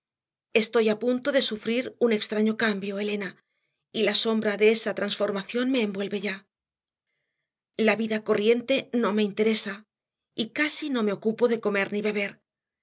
estoy a punto de sufrir un extraño cambio elena y la sombra de esa transformación me envuelve ya la vida corriente no me interesa y casi no me ocupo de comer ni beber